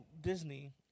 Disney